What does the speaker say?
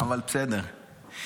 אבל בסדר.